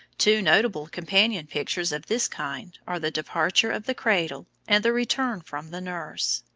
two notable companion pictures of this kind are the departure of the cradle, and the return from the nurse,